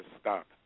stop